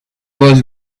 was